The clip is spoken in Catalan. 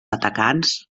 atacants